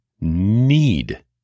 need